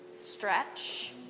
stretch